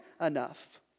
enough